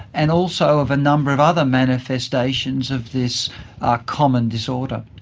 and also of a number of other manifestations of this common disorder.